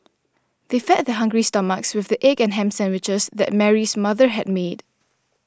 they fed their hungry stomachs with the egg and ham sandwiches that Mary's mother had made